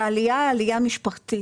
שהעלייה היא עלייה משפחתית,